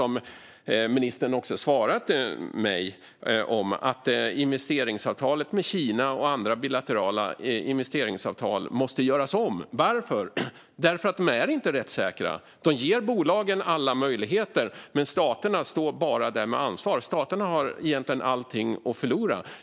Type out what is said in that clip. Ministern svarade mig också att investeringsavtalet med Kina och andra bilaterala investeringsavtal måste göras om. Varför? Därför att de inte är rättssäkra. De ger bolagen alla möjligheter, men staterna står bara där med ansvaret. Staterna har egentligen allt att förlora.